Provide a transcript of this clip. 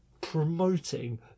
promoting